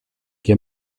che